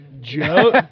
Joe